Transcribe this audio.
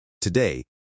Today